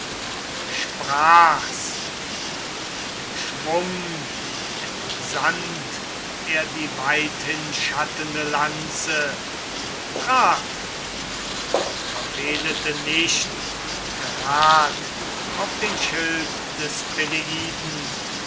sprach's und im schwung entsandt er die weithinschattende lanze und sie traf auf den schild des